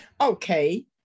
Okay